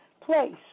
place